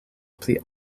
pli